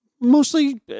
Mostly